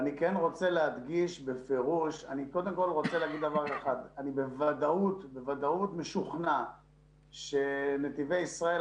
אני בוודאות משוכנע שנתיבי ישראל,